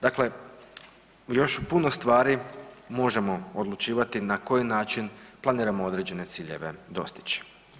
Dakle, još u puno stvari možemo odlučivati na koji način planiramo određene ciljeve dostići.